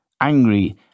angry